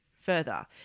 further